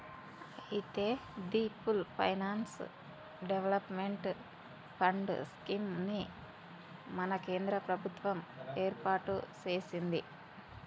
అయితే the full finance development fund scheme ని మన కేంద్ర ప్రభుత్వం ఏర్పాటు సెసింది